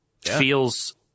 feels